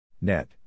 Net